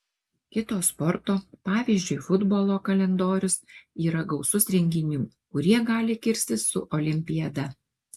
kito sporto pavyzdžiui futbolo kalendorius yra gausus renginių kurie gali kirstis su olimpiada